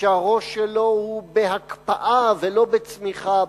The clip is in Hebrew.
כשהראש שלו הוא בהקפאה ולא בצמיחה,